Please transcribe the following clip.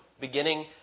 beginning